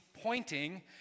pointing